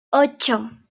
ocho